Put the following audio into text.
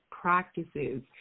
practices